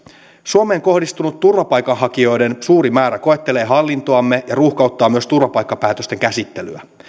suomeen kohdistunut turvapaikanhakijoiden suuri määrä koettelee hallintoamme ja ruuhkauttaa myös turvapaikkapäätösten käsittelyä